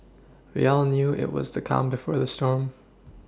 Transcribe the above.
we all knew it was the calm before the storm